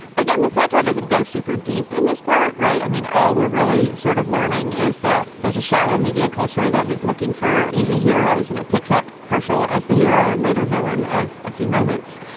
again, the satire doesn't go super deep in this part. right. i mean, all we're really sort of learning is that there's a shallow media culture that is looking for easy heroes and it picks up herschell as the hero and later villain of a few moments.